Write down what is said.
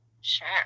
Sure